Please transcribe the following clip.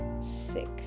sick